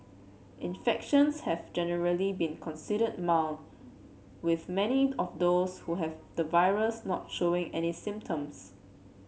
infections have generally been considered mild with many of those who have the virus not showing any symptoms